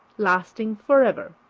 lasting forever.